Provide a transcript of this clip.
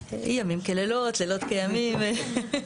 ימים כלילות, לילות כימים.